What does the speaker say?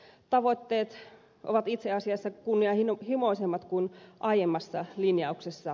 tavoitteet ovat itse asiassa kunnianhimoisemmat kuin aiemmassa linjauksessa